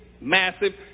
massive